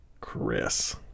Chris